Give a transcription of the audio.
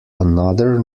another